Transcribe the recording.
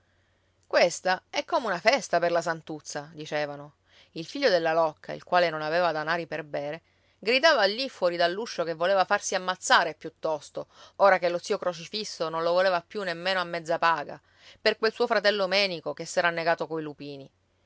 questa è come una festa per la santuzza dicevano il figlio della locca il quale non aveva denari per bere gridava lì fuori dell'uscio che voleva farsi ammazzare piuttosto ora che lo zio crocifisso non lo voleva più nemmeno a mezza paga per quel suo fratello menico che s'era annegato coi lupini